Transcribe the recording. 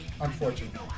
Unfortunately